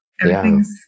everything's